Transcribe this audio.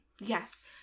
Yes